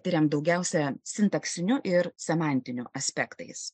tiriam daugiausia sintaksiniu ir semantiniu aspektais